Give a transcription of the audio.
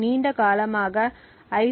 நீண்ட காலமாக ஐ